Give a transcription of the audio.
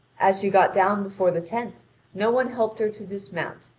as she got down before the tent no one helped her to dismount,